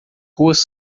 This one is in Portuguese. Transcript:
ruas